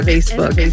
Facebook